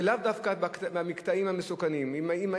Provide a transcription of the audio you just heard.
על אותם שברירי שניות של מה הוא עושה: האם הוא